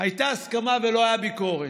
שהייתה הסכמה ולא הייתה ביקורת,